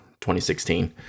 2016